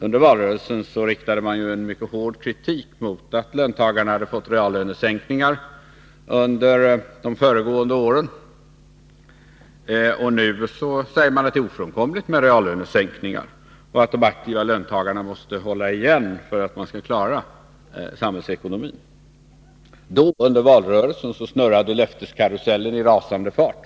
Under valrörelsen riktades en mycket hård kritik mot att löntagarna hade fått reallönesänkningar under de föregående åren. Nu säger man att det är ofrånkomligt med reallönesänkningar och att de aktiva löntagarna måste hålla igen för att man skall klara samhällsekonomin. Under valrörelsen snurrade löfteskarusellen i rasande fart.